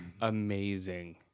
Amazing